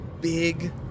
big